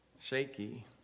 shaky